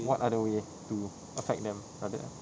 what other way to affect them other